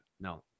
No